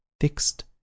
fixed